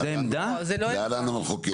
להלן המחוקק.